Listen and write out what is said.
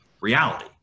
reality